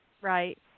Right